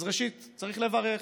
אז ראשית, צריך לברך,